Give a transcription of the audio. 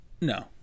No